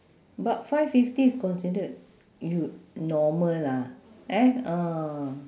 but five fifty is considered u~ normal lah eh ah